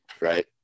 Right